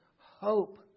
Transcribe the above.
hope